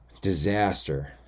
disaster